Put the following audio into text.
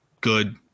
good